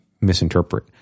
misinterpret